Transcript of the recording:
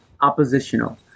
oppositional